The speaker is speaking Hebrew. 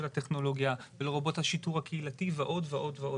הטכנולוגיה ולרבות השיטור הקהילתי ועוד ועוד.